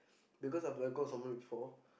because my blood goes somewhere before